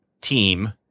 team